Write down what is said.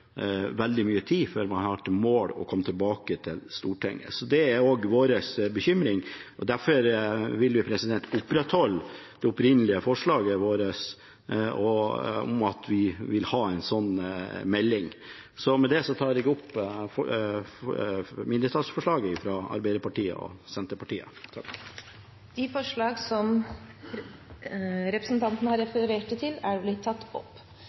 veldig mye tid før man har som mål å komme tilbake til Stortinget. Det er også vår bekymring. Derfor vil vi opprettholde det opprinnelige forslaget vårt om at vi vil ha en slik melding. Med det tar jeg opp mindretallsforslaget, fra Arbeiderpartiet og Senterpartiet. Representanten Kjell-Idar Juvik har tatt opp